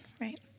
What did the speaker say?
right